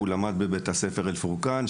הוא למד בבית ספר אל פורקן,